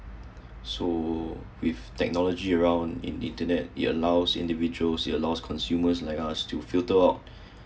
so with technology around in internet it allows individuals it allows consumers like us to filter out